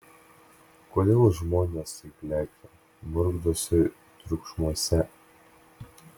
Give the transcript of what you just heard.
kodėl žmonės taip lekia murkdosi triukšmuose